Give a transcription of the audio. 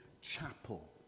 chapel